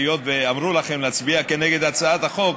היות שאמרו לכם להצביע נגד הצעת החוק,